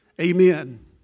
Amen